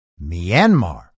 Myanmar